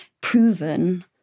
proven